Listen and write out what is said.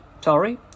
Sorry